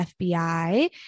FBI